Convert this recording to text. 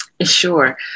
Sure